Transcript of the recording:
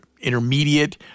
intermediate